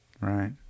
right